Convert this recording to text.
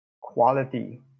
quality